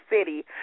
city